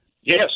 Yes